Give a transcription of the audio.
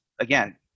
again